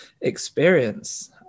experience